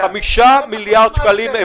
5 מיליארד שקלים.